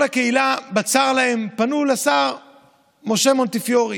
כל הקהילה, בצר להם, פנו לשר משה מונטיפיורי